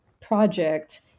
project